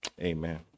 amen